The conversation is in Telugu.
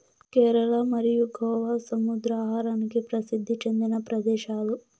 కేరళ మరియు గోవా సముద్ర ఆహారానికి ప్రసిద్ది చెందిన ప్రదేశాలు